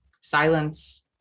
silence